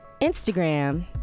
Instagram